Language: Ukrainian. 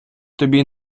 тобі